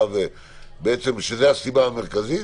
שזו הסיבה המרכזית,